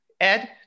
Ed